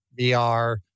VR